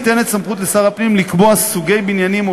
ניתנת סמכות לשר הפנים לקבוע סוגי בניינים או